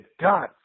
God